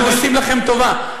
אנחנו עושים לכם טובה,